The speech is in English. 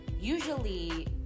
usually